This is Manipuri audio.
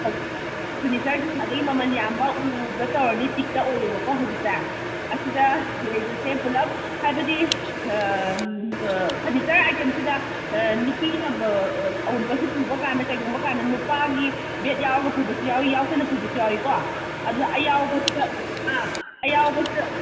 ꯍꯧꯖꯤꯛ ꯐꯔꯅꯤꯆꯔꯁꯤ ꯈ꯭ꯋꯥꯏꯗꯩ ꯃꯃꯟ ꯌꯥꯝꯕ ꯎꯗ ꯇꯧꯔꯗꯤ ꯇꯤꯛꯇ ꯑꯣꯏꯔꯦꯕꯀꯣ ꯍꯧꯖꯤꯛꯁꯦ ꯑꯁꯤꯗ ꯂꯩꯕꯁꯦ ꯄꯨꯂꯞ ꯍꯥꯏꯕꯗꯤ ꯐꯔꯅꯤꯆꯔ ꯑꯥꯏꯇꯦꯝꯁꯤꯗ ꯅꯨꯄꯤꯅ ꯑꯋꯨꯟꯄꯣꯠꯁꯦ ꯄꯨꯕ ꯀꯥꯟꯗ ꯀꯩꯒꯨꯝꯕ ꯀꯥꯟꯗ ꯅꯨꯄꯥꯒꯤ ꯕꯦꯠ ꯌꯥꯎꯔꯒ ꯄꯨꯕꯁꯨ ꯌꯥꯎꯋꯤ ꯌꯥꯎꯗꯅ ꯄꯨꯕꯁꯨ ꯌꯥꯎꯋꯤꯀꯣ ꯑꯗꯨꯅ ꯑꯌꯥꯎꯕꯁꯤꯗ ꯑꯥ ꯑꯌꯥꯎꯕꯁꯤꯗ